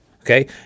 Okay